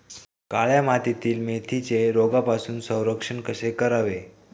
काळ्या मातीतील मेथीचे रोगापासून संरक्षण कसे करावे?